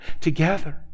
together